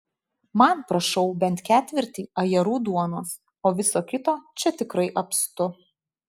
man prašau bent ketvirtį ajerų duonos o viso kito čia tikrai apstu